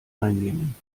einnehmen